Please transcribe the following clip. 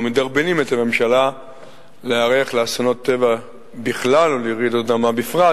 ומדרבנים את הממשלה להיערך לאסונות טבע בכלל ולרעידות אדמה בפרט.